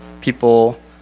people